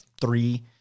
three